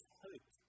hope